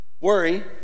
Worry